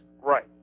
Right